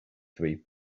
three